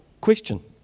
question